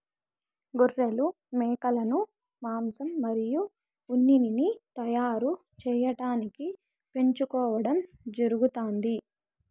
గొర్రెలు, మేకలను మాంసం మరియు ఉన్నిని తయారు చేయటానికి పెంచుకోవడం జరుగుతాంది